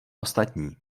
ostatní